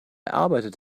arbeitet